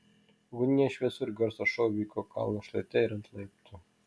ugnies šviesų ir garso šou vyko kalno šlaite ir ant laiptų